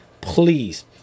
please